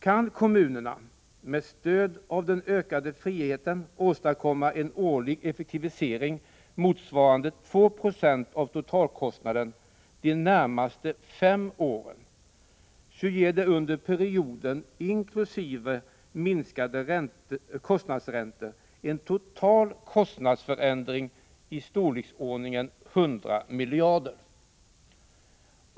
Kan kommunerna med stöd av den ökade friheten åstadkomma en årlig effektivisering motsvarande 2 96 av totalkostnaden de närmaste fem åren, ger detta under perioden, inräknat minskade kostnadsräntor, en total kostnadsförändring på i storleksordningen 100 miljarder.